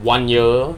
one year